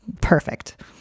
Perfect